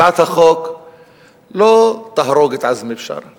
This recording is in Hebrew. הצעת החוק לא תהרוג את עזמי בשארה